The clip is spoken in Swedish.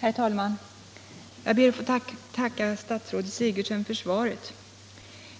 Herr talman! Jag ber att få tacka fru statsrådet Sigurdsen för svaret.